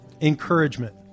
encouragement